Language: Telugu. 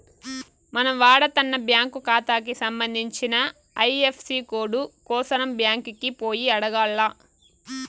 మనం వాడతన్న బ్యాంకు కాతాకి సంబంధించిన ఐఎఫ్ఎసీ కోడు కోసరం బ్యాంకికి పోయి అడగాల్ల